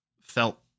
felt